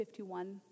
51